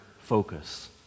focus